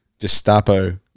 Gestapo